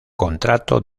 contrato